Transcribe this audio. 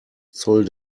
zoll